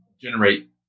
generate